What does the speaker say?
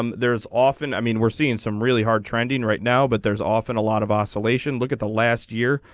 um there's often i mean we're seeing some really hard trending right now but there's often a lot of oscillation look at the last year.